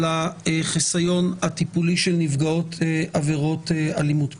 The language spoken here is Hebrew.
החיסיון הטיפולי של נפגעות עבירות אלימות מינית.